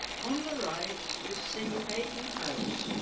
on the right we see heydon house,